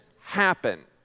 happen